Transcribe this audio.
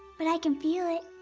but i can feel it.